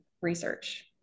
research